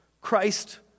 Christ